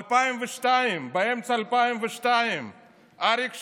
באמצע 2002 אריק שרון,